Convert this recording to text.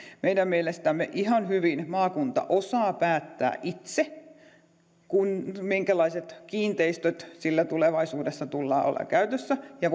meidän mielestämme ihan hyvin maakunta osaa päättää itse minkälaiset kiinteistöt sillä tulevaisuudessa tulee olla käytössä ja